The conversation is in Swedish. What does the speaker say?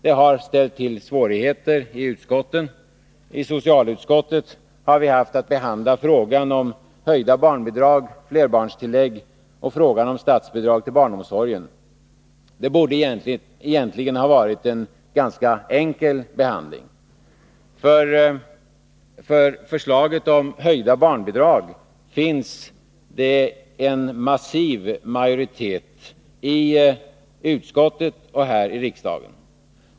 Det har ställt till svårigheter i utskotten. I socialutskottet har vi haft att behandla frågan om höjda barnbidrag och flerbarnstillägg och frågan om statsbidrag till barnomsorgen. Det borde egentligen ha varit en ganska enkel behandling. För förslaget om höjda barnbidrag finns det en massiv majoritet i utskottet och här i kammaren.